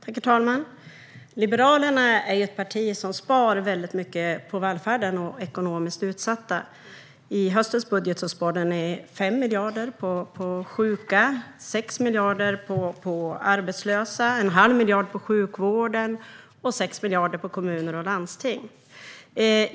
Herr talman! Liberalerna är ett parti som sparar väldigt mycket på välfärden och ekonomiskt utsatta. I höstens budget sparade ni 5 miljarder på sjuka, 6 miljarder på arbetslösa, 1⁄2 miljard på sjukvården och 6 miljarder på kommuner och landsting.